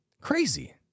crazy